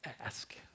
ask